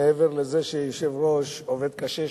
מעבר לזה שהיושב-ראש עובד קשה שם,